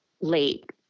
Late